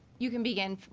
you can begin